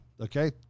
okay